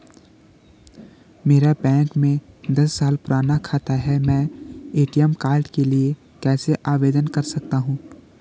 मेरा बैंक में दस साल पुराना खाता है मैं ए.टी.एम कार्ड के लिए कैसे आवेदन कर सकता हूँ?